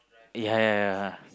ya ya ya